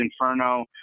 Inferno